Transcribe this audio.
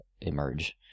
emerge